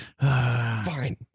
Fine